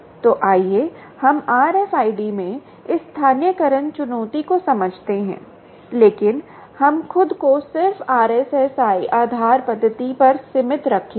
तो आइए हम RFID में इस स्थानीयकरण चुनौती को समझते हैं लेकिन हम खुद को सिर्फ RSSI आधार पद्धति तक सीमित रखेंगे